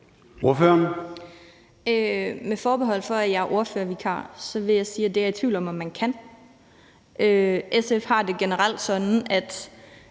Med forbehold for, at jeg er ordførervikar, vil jeg sige, at det er jeg i tvivl om om man kan. SF har det generelt sådan, at